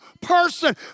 person